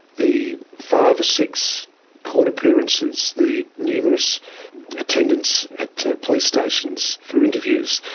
the five or six court appearances, the numerous attendances at police stations for interviews,